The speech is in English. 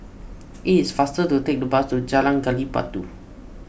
it is faster to take the bus to Jalan Gali Batu